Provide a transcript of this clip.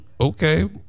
Okay